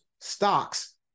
stocks